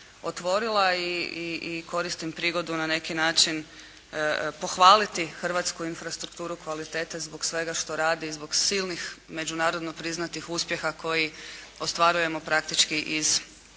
otvorila i koristim prigodu na neki način pohvaliti hrvatsku infrastrukturu kvalitete zbog svega što radi, zbog silnih međunarodno priznatih uspjeha koje ostvarujemo praktički iz